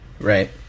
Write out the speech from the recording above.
Right